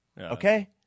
Okay